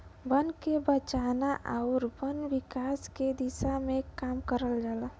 बन के बचाना आउर वन विकास के दिशा में काम करल जाला